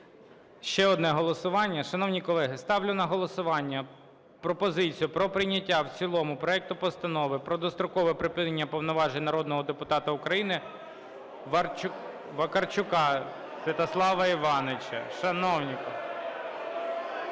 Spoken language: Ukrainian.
Ще одне голосування. Шановні колеги, ставлю на голосування пропозицію про прийняття в цілому проекту Постанови про дострокове припинення повноважень народного депутата України Вакарчука Святослава Івановича. (Шум у залі)